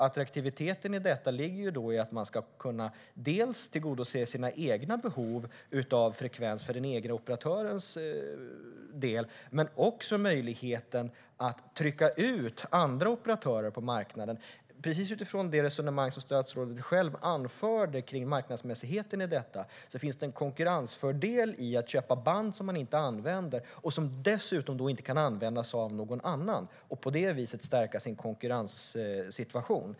Attraktiviteten i detta ligger då i att operatören ska kunna tillgodose sina egna behov av frekvens, men det handlar också om möjligheten att trycka ut andra operatörer på marknaden. Precis utifrån det resonemang som statsrådet själv anförde kring marknadsmässigheten i detta finns det en konkurrensfördel i att köpa band som man inte använder och som dessutom inte kan användas av någon annan. På det viset kan man stärka sin konkurrenssituation.